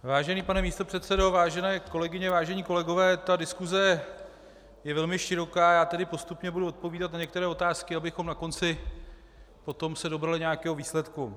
Vážený pane místopředsedo, vážené kolegyně, vážení kolegové, diskuse je velmi široká, já tedy postupně budu odpovídat na některé otázky, abychom na konci potom se dobrali nějakého výsledku.